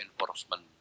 enforcement